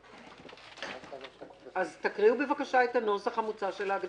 אז תקריאו, בבקשה, את הנוסח המוצע של ההגדרה,